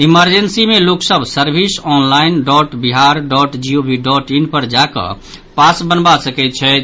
emergency मे लोक सभ service online dot Bihar dot gov dot in पर जा कऽ पास बनबा सकैत छथि